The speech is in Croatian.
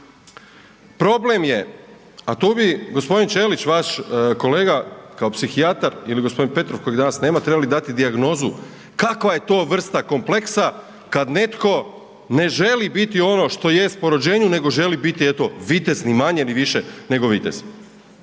Problem je, a tu bi gospodin Ćelić vaš kolega kao psihijatar ili gospodin Petrov kojeg danas nema trebali dati dijagnozu kakva je to vrsta kompleksa kad netko ne želi biti ono što jest po rođenju nego želi biti eto vitez ni manje ni više nego vitez.